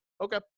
Okay